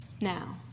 now